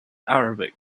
arabic